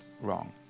wrong